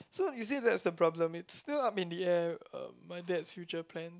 so you see that's the problem it's still up in the air uh my dad's future plan